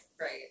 Right